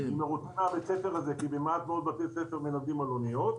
אני מרוצה מבית הספר הזה כי במעט מאוד בתי ספר מלמדים על אוניות.